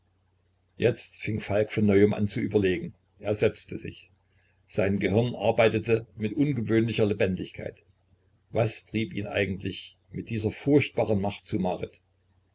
jetzt fing falk von neuem an zu überlegen er setzte sich sein gehirn arbeitete mit ungewöhnlicher lebendigkeit was trieb ihn eigentlich mit dieser furchtbaren macht zu